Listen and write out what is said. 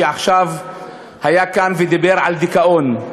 שעכשיו היה כאן ודיבר על דיכאון,